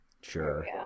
Sure